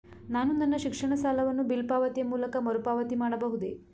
ನಾನು ನನ್ನ ಶಿಕ್ಷಣ ಸಾಲವನ್ನು ಬಿಲ್ ಪಾವತಿಯ ಮೂಲಕ ಮರುಪಾವತಿ ಮಾಡಬಹುದೇ?